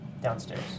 Downstairs